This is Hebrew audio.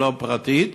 ולא לפרטית,